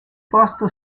posto